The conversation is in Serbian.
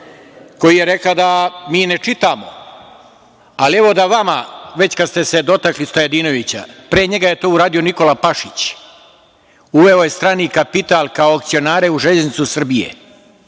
koja je rekla da mi ne čitamo. Ali, evo da vama, već kad ste se dotakli Stojadinovića, pre njega je to uradio Nikola Pašić. Uveo je strani kapital kao akcionare u železnicu Srbije. Ima